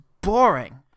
boring